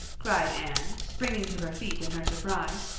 cried anne, springing to her feet in her surprise.